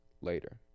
later